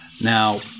Now